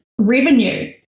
revenue